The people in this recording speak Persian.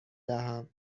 دهم